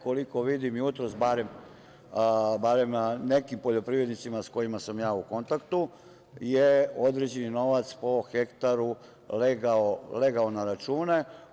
Koliko vidim jutros, barem nekim poljoprivrednicima, s kojima sam u kontaktu, određeni novac po hektaru je legao na račune.